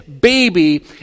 baby